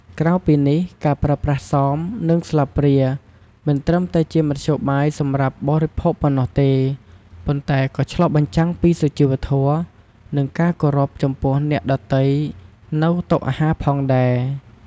ក្រៅពីនេះការប្រើប្រាស់សម និងស្លាបព្រាមិនត្រឹមតែជាមធ្យោបាយសម្រាប់បរិភោគប៉ុណ្ណោះទេ ប៉ុន្តែក៏ឆ្លុះបញ្ចាំងពីសុជីវធម៌ និងការគោរពចំពោះអ្នកដទៃនៅតុអាហារផងដែរ។